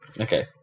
okay